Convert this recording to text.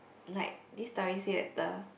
like this story said the